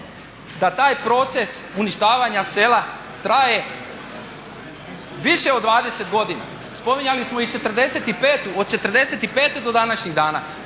da taj proces uništavanja sela traje više od 20 godina. Spominjali smo i '45, od '45. do današnjih dana